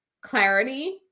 clarity